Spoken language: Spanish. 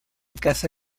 caza